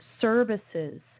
services